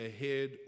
ahead